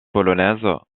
polonaise